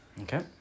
Okay